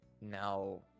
Now